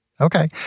Okay